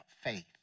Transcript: faith